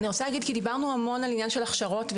דיברנו המון על עניין של הכשרות,